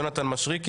יונתן מישרקי,